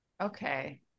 Okay